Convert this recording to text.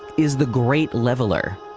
is the great leveler.